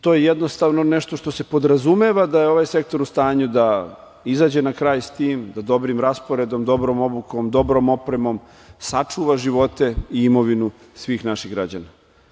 To je jednostavno nešto što se podrazumeva da je ovaj Sektor u stanju da izađe na kraj sa tim, da dobrim rasporedom, dobrom obukom, dobrom opremom sačuva živote i imovinu svih naših građana.